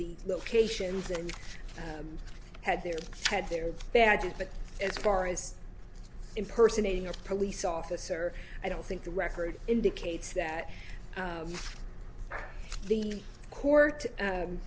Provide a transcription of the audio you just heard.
the locations and had their had their badges but as far as impersonating a police officer i don't think the record indicates that the court